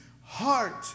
heart